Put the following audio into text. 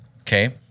Okay